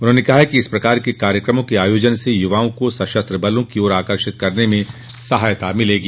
उन्होंने कहा कि इस प्रकार के कार्यक्रमों के आयोजन से युवाओं को सशस्त्र बलों की ओर आकर्षित करने में सहायता मिलेगी